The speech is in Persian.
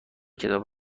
کتاب